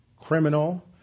criminal